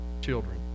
children